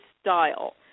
style